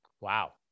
Wow